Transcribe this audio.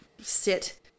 sit